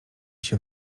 się